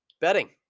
Betting